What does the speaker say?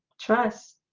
trust